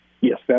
yes